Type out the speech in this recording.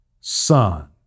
son